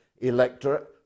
electorate